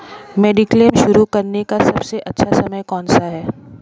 Mediclaim शुरू करने का सबसे अच्छा समय कौनसा है?